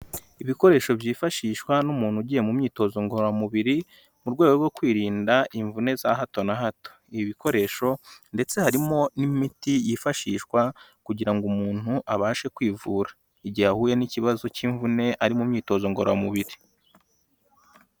Ibikoresho byifashishwa n'umuntu ugiye mu myitozo ngororamubiri, mu rwego rwo kwirinda imvune za hato na hato. Ibi bikoresho ndetse harimo n'imiti yifashishwa kugira ngo umuntu abashe kwivura, igihe ahuye n'ikibazo cy'imvune ari mu myitozo ngororamubiri.